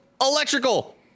electrical